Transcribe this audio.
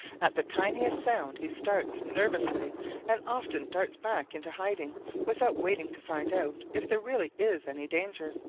at the tiniest sound he starts nervously and often darts back into hiding without waiting to find out if there really is any danger.